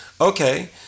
Okay